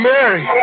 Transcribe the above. Mary